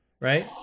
right